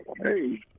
hey